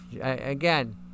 Again